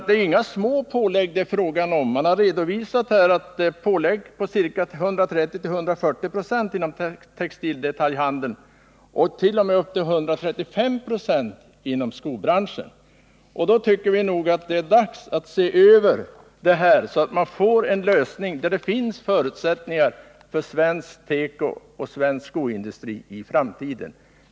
Det är ju inga små pålägg det är fråga om. Man har redovisat pålägg på 130-140 96 inom textildetaljhandeln och upp till 135 26 inom skobranschen. Då tycker vi det är dags att se över systemet, så att man får en lösning där det finns förutsättningar för svensk tekoindustri och svensk skoindustri för framtiden.